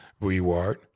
reward